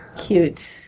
Cute